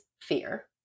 fear